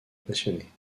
passionnés